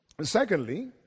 secondly